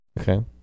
Okay